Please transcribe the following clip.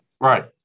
Right